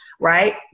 Right